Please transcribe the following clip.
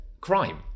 crime